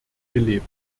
gelebt